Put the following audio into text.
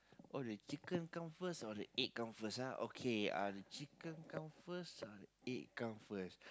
oh the chicken come first or the egg come first ah okay uh chicken come first or the egg come first